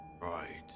Right